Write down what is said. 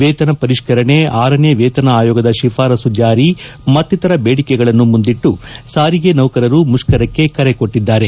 ವೇತನ ಪರಿಷ್ಠರಣೆ ಆರನೇ ವೇತನ ಆಯೋಗ ಶಿಫಾರಸು ಜಾರಿ ಮತ್ತಿತರ ಬೇಡಿಕೆಗಳನ್ನು ಮುಂದಿಟ್ಲು ಸಾರಿಗೆ ನೌಕರರು ಮುಷ್ಕರ ಕೊಟ್ಟಿದ್ದಾರೆ